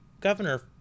governor